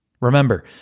Remember